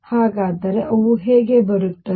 ಹಾಗಾದರೆ ಅವು ಹೇಗೆ ಬರುತ್ತವೆ